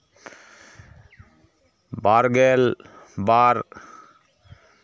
ᱵᱟᱨ ᱜᱮᱞ ᱵᱟᱨ